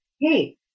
Hey